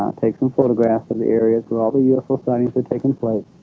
take some photographs of the areas where all the ufo sightings had taken place